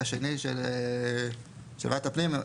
זה משהו שהוא בחלק השני של ועדת הפנים.